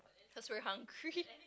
just very hungry